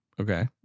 Okay